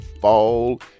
fall